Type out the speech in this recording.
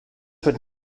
would